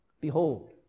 Behold